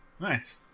Nice